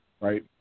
right